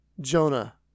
Jonah